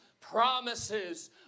promises